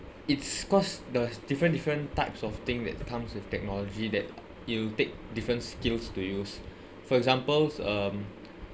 it's cause the different different types of thing that comes with technology that you take different skills to use for examples um